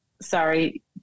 sorry